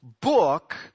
book